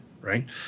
right